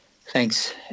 Thanks